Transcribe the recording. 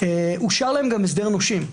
אושר להם גם הסדר נושים.